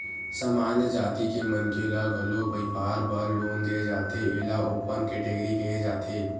सामान्य जाति के मनखे ल घलो बइपार बर लोन दे जाथे एला ओपन केटेगरी केहे जाथे